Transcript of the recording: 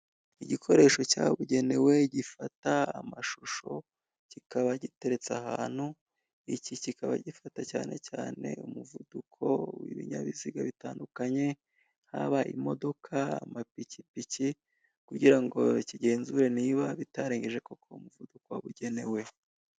Igikoresho cyabugenewe gifata amashusho kikaba giteretse ahantu, iki kikaba gifata cyane cyane umuvuduko w'ibinyabiziga bitandukanye haba imodoka, amapikipiki kugira ngo kigenzure niba bitarengeje koko umuvuduko wabugenewe.